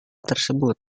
tersebut